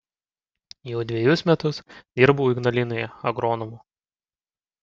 jau dvejus metus dirbau ignalinoje agronomu